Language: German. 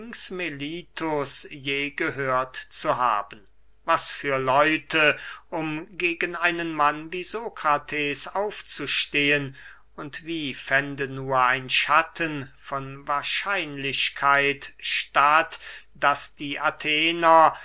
je gehört zu haben was für leute um gegen einen mann wie sokrates aufzustehen und wie fände nur ein schatten von wahrscheinlichkeit statt daß die athener